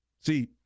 See